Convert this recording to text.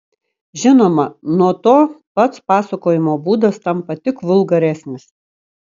žinoma nuo to pats pasakojimo būdas tampa tik vulgaresnis